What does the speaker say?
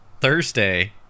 Thursday